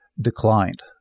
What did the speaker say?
declined